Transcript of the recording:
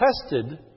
tested